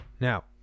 now